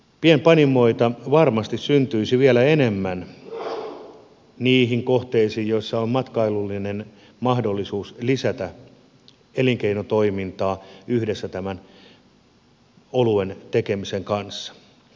pienpanimoita varmasti syntyisi vielä enemmän niihin kohteisiin joissa on matkailullinen mahdollisuus lisätä elinkeinotoimintaa yhdessä tämän oluen tekemisen kanssa